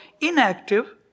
inactive